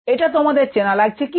এটা তোমাদের চেনা লাগছে কি